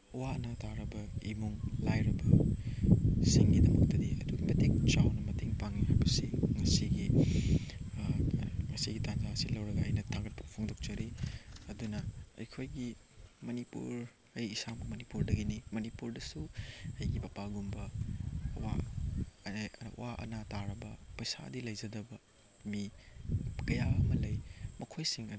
ꯑꯋꯥ ꯑꯅꯥ ꯇꯥꯔꯕ ꯏꯃꯨꯡ ꯂꯥꯏꯔꯕꯁꯤꯡꯒꯤꯗꯃꯛꯇꯗꯤ ꯑꯗꯨꯛꯀꯤ ꯃꯇꯤꯛ ꯆꯥꯎꯅ ꯃꯇꯦꯡ ꯄꯥꯡꯉꯤ ꯍꯥꯏꯕꯁꯤ ꯉꯁꯤꯒꯤ ꯉꯁꯤꯒꯤ ꯇꯟꯖꯥ ꯑꯁꯤ ꯂꯧꯔꯒ ꯑꯩꯅ ꯊꯥꯒꯠꯄ ꯐꯣꯡꯗꯣꯛꯆꯔꯤ ꯑꯗꯨꯅ ꯑꯩꯈꯣꯏꯒꯤ ꯃꯅꯤꯄꯨꯔ ꯑꯩ ꯏꯁꯥꯃꯛ ꯃꯅꯤꯄꯨꯔꯗꯒꯤꯅꯤ ꯃꯅꯤꯄꯨꯔꯗꯁꯨ ꯑꯩꯒꯤ ꯄꯄꯥꯒꯨꯝꯕ ꯑꯋꯥ ꯑꯅꯥ ꯇꯥꯔꯕ ꯄꯩꯁꯥꯗꯤ ꯂꯩꯖꯗꯕ ꯃꯤ ꯀꯌꯥ ꯑꯃ ꯂꯩ ꯃꯈꯣꯏꯁꯤꯡ ꯑꯗꯨ